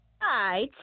hi